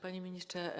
Panie Ministrze!